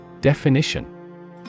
Definition